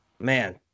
Man